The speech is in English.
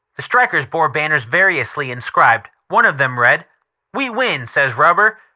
the strikers bore banners variously inscribed. one of them read we win says rubber,